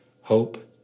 Hope